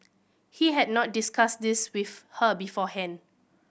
he had not discussed this with her beforehand